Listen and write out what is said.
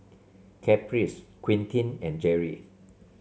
Caprice Quentin and Jerry